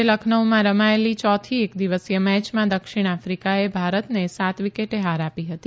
આજે લખનઉમાં રમાયેલી યોથી એક દિવસીય મેચમાં દક્ષિણ આફિકાએ ભારતેન સાત વિકેટે હાર આપી હતી